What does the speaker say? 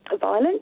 violent